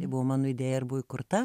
tai buvo mano idėja ir buvo įkurta